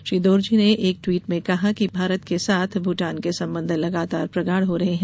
श्री दोरजी ने एक ट्वीट में कहा कि भारत के साथ भूटान के संबंध लगातार प्रगाढ़ हो रहे हैं